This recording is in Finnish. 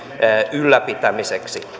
ylläpitämiseksi